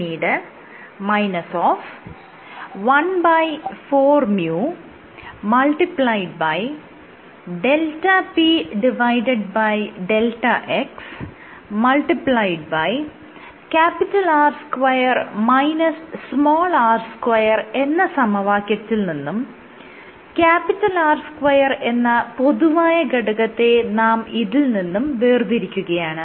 പിന്നീട് 14µδpδx R2 - r2 എന്ന സമവാക്യത്തിൽ നിന്നും R2 എന്ന പൊതുവായ ഘടകത്തെ നാം ഇതിൽ നിന്നും വേർതിരിക്കുകയാണ്